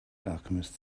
alchemist